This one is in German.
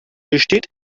besteht